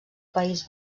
país